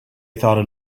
thought